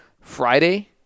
Friday